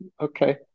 Okay